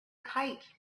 kite